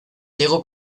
llegó